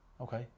okay